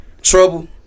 trouble